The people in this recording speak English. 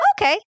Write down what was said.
Okay